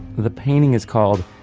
the painting is called,